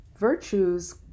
Virtues